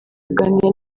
aganira